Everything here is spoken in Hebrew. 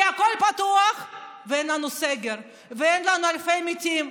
כי הכול פתוח ואין לנו סגר ואין לנו אלפי מתים,